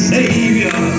Savior